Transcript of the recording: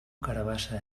carabassa